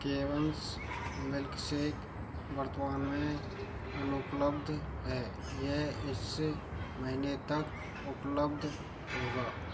केवंश milkshake वर्तमान में अनुपलब्ध है यह इस महीने तक उपलब्ध होगा